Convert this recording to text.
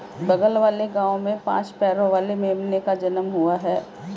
बगल वाले गांव में पांच पैरों वाली मेमने का जन्म हुआ है